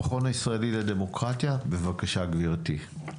המכון הישראלי לדמוקרטיה, בבקשה, גברתי.